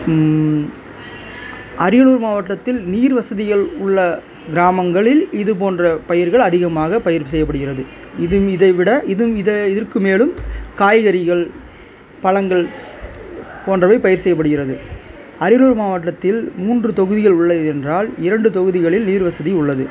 அரியலூர் மாவட்டத்தில் நீர்வசதிகள் உள்ள கிராமங்களில் இது போன்ற பயிர்கள் அதிகமாக பயிர் செய்யப்படுகிறது இதுவும் இதை விட இதுவும் இதை இதற்கு மேலும் காய்கறிகள் பழங்கள் போன்றவை பயிர் செய்யப்படுகிறது அரியலூர் மாவட்டத்தில் மூன்று தொகுதிகள் உள்ளது என்றால் இரண்டு தொகுதிகளில் நீர்வசதி உள்ளது